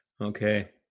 Okay